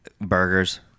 burgers